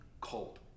cold